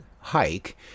hike